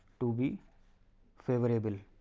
to be favourable.